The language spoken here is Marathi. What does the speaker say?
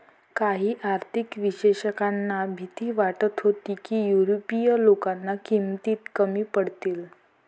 काही आर्थिक विश्लेषकांना भीती वाटत होती की युरोपीय लोक किमतीत कमी पडतील